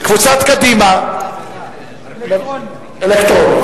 קבוצת קדימה, אלקטרוני.